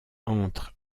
entre